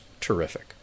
terrific